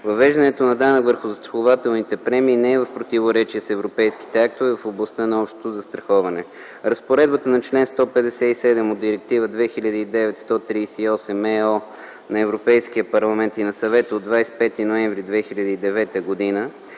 Въвеждането на данък върху застрахователните премии не е в противоречие с европейските актове в областта на общото застраховане. Разпоредбата на чл. 157 от Директива 2009/138/ЕО на Европейския парламент и на Съвета от 25 ноември 2009 г.